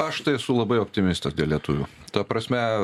aš tai esu labai optimistas dėl lietuvių ta prasme